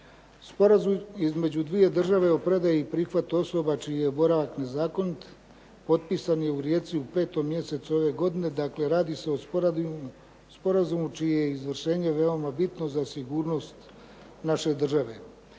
Sporazum između dviju država o predaji i prihvatu osoba čiji je boravak nezakonit potpisan je u Rijeci u 5. mjesecu ove godine, dakle radi se o sporazumu čije je izvršenje veoma bitno za sigurnost naše države.